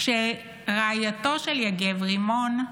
כשרעייתו של יגב, רימון,